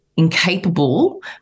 incapable